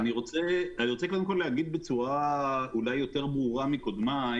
אני רוצה להגיד בצורה יותר ברורה מקודמיי